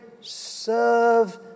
serve